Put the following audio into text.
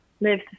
live